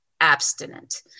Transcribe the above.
abstinent